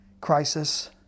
crisis